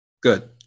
Good